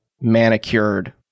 manicured